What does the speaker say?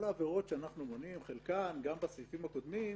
העבירות שאנחנו מונים, חלקן גם בסעיפים הקודמים,